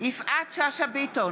יפעת שאשא ביטון,